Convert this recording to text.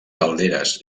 calderes